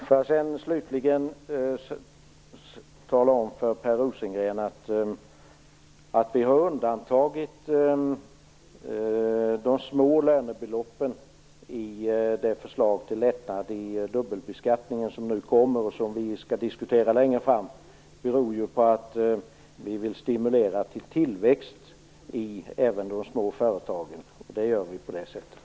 Får jag sedan slutligen tala om för Per Rosengren: Att vi har undantagit de små lönebeloppen i det förslag till lättnad i dubbelbeskattningen som nu kommer och som vi skall diskutera längre fram beror på att vi vill stimulera tillväxt även i de små företagen. Det gör vi på det sättet.